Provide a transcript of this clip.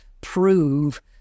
prove